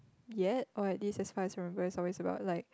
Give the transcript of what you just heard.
yet or at least as far as I remember it's always about like